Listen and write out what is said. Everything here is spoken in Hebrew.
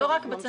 לא רק בצנרת,